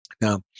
Now